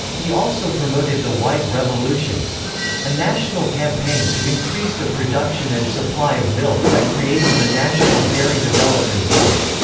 he also promoted the white revolution a national campaign to increase the production and supply of milk by creating the national dairy development board.